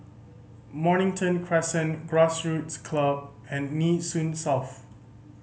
Mornington Crescent Grassroots Club and Nee Soon South